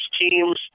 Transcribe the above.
teams